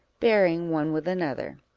bearing one with another.